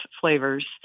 flavors